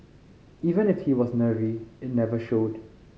even if he was nervy it never showed